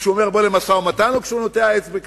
כשהוא אומר "בוא למשא-ומתן" או כשהוא נוטע עץ בקצרין?